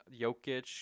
Jokic